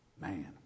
Man